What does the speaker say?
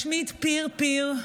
משמיד פיר-פיר,